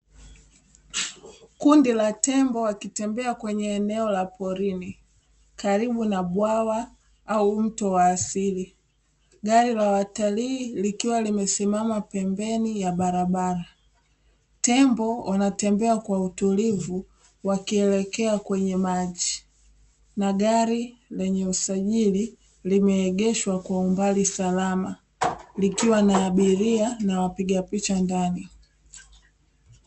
Kundi la tembo wakitembea kwenye eneo la porini, karibu na bwawa au mto wa asili. Gari la watalii likiwa limesimama pembeni ya barabara. Tembo wanatembea kwa utulivu wakielekea kwenye maji na gari lenye usajili limeegeshwa kwa umbali salama, likwa na abiria na wapiga picha ndani.